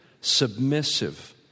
submissive